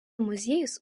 muziejus